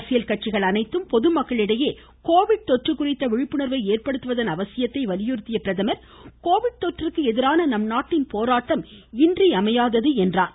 அரசியல் கட்சிகள் அனைத்தும் பொதுமக்களிடையே கோவிட் தொற்று குறித்த விழிப்புணர்வை ஏற்படுத்துவதன் அவசியத்தையும் வலியுறுத்திய பிரதமர் கோவிட் தொற்றுக்கு எதிரான நம் நாட்டின் போராட்டம் இன்றியமையாதது என்றார்